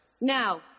Now